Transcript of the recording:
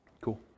Cool